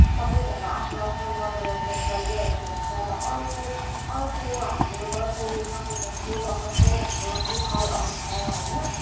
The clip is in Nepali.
सबैजना आफ्नो आफ्नो मनोरञ्जन गरिरहेको हुन्छ र अर्को अर्को हाम्रो दसैँ सकेपछि लगत्तै हाम्रो तिहार आउँछ होइन